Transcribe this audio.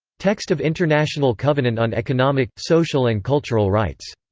text of international covenant on economic, social and cultural rights.